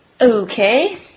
Okay